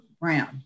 brown